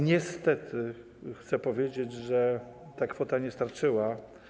Niestety chcę powiedzieć, że ta kwota nie starczyła.